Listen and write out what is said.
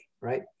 right